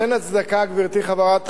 אין הצדקה, גברתי חברת הכנסת,